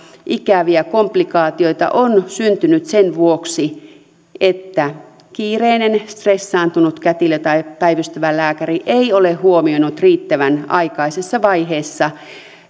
ikäviä komplikaatioita on syntynyt sen vuoksi että kiireinen stressaantunut kätilö tai päivystävä lääkäri ei ole huomioinut riittävän aikaisessa vaiheessa